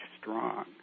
strong